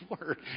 word